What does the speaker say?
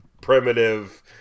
primitive